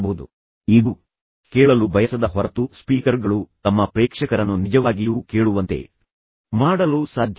ಇದು ಮತ್ತೊಂದು ಸ್ಥೂಲವಾದ ತಪ್ಪು ಕಲ್ಪನೆಯಾಗಿದೆ ಏಕೆಂದರೆ ಪ್ರೇಕ್ಷಕರು ಸ್ವತಃ ಸ್ಪೀಕರ್ ಅನ್ನು ಕೇಳಲು ಬಯಸದ ಹೊರತು ಸ್ಪೀಕರ್ಗಳು ತಮ್ಮ ಪ್ರೇಕ್ಷಕರನ್ನು ನಿಜವಾಗಿಯೂ ಕೇಳುವಂತೆ ಮಾಡಲು ಸಾಧ್ಯವಿಲ್ಲ